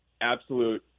absolute